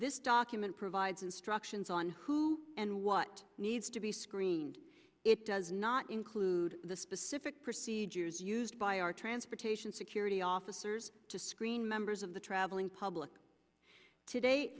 this document provides instructions on who and what needs to be screened it does not include the specific procedures used by our transportation security officers to screen members of the traveling public today